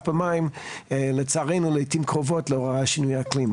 במים לצערנו לעיתים קרובות לאור שינויי האקלים.